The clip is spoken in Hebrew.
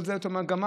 אבל זאת המגמה,